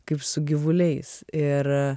kaip su gyvuliais ir